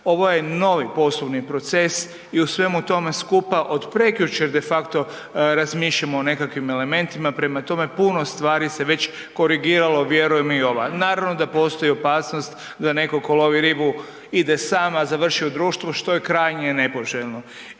Ovo je novi poslovni proces i u svemu tome skupa od prekjučer de facto razmišljamo o nekakvim elementima, prema tome puno stvari se već korigiralo, vjerujem i ova. Naravno da postoji opasnost da netko tko lovi ribu ide sam, a završi u društvu što je krajnje nepoželjno.